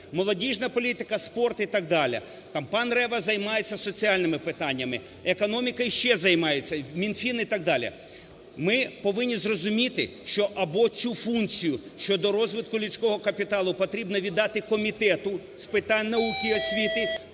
молодіжна політика, спорт і так далі. Там пан Рева займається соціальними питаннями. Економікою ще займаються Мінфін і так далі. Ми повинні зрозуміти, що або цю функцію щодо розвитку людського капіталу потрібно віддати Комітету з питань науки і освіти,